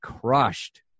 crushed